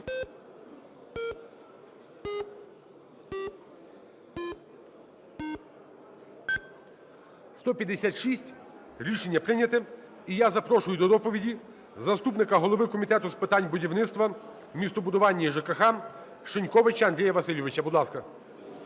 За-156 Рішення прийнято. І я запрошую до доповіді заступника голови Комітету з питань будівництва, містобудування і ЖКХ Шиньковича Андрія Васильовича. Будь ласка.